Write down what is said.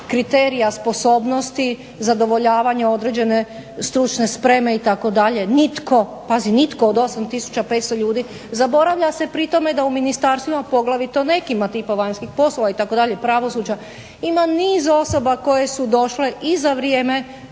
kriterija sposobnosti, zadovoljavanja određene stručne spreme itd. Nitko, pazi nitko od 8500 ljudi. Zaboravlja se pri tome da u ministarstvima, poglavito nekima, tipa vanjskih poslova itd., pravosuđa, ima niz osoba koje su došle i za vrijeme